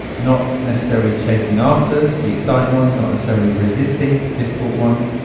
not necessarily chasing after the exciting ones, not necessarily resisting the difficult ones,